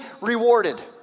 rewarded